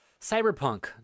Cyberpunk